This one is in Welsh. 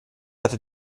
atat